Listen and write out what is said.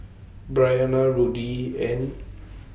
Bryana Rudy and